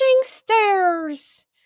Stairs